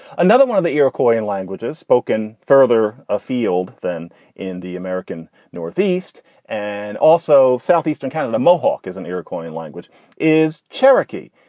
another one of the iroquois and languages spoken. further afield than in the american northeast and also southeastern kind of the mohawk isn't iroquois language is cherokee.